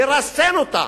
לרסן אותה